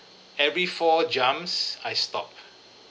every four jumps I stop